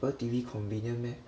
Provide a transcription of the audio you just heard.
Apple T_V convenient meh